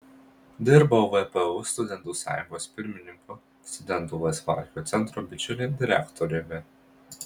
dirbau vpu studentų sąjungos pirmininku studentų laisvalaikio centro bičiuliai direktoriumi